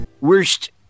Worst